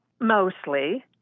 Mostly